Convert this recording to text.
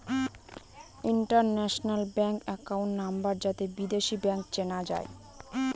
international bank account number যাতে বিদেশী bank চেনা যায়